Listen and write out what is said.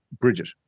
Bridget